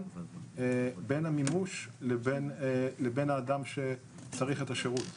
בין המימוש לבין האדם שצריך את השירות.